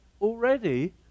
already